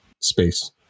space